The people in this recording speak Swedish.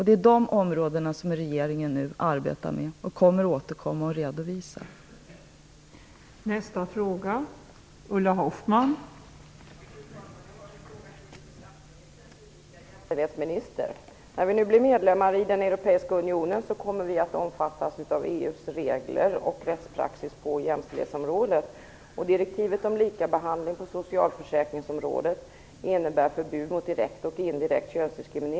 Dessa områden arbetar regeringen nu med och kommer att redovisa senare.